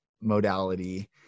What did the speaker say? modality